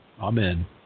Amen